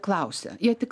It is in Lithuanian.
klausia jie tik